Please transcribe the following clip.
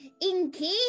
Inky